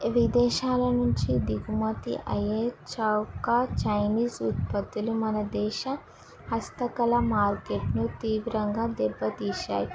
విదేశాల నుంచి దిగుమతి అయ్యే చౌక చైనీస్ ఉత్పత్తులు మన దేశ హస్తకళ మార్కెట్ను తీవ్రంగా దెబ్బతీసాయి